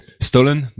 stolen